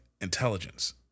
intelligence